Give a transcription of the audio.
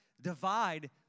divide